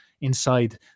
inside